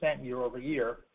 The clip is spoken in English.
year-over-year